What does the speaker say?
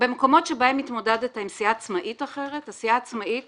במקומות שבהם התמודדת עם סיעה עצמאית אחרת הסיעה העצמאית